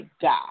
God